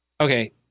Okay